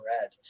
red